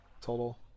total